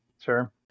Sure